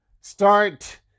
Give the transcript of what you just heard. start